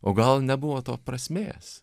o gal nebuvo to prasmės